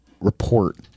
report